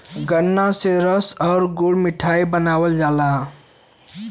गन्रा से रस आउर गुड़ मिठाई बनावल जाला